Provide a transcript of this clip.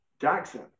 Jackson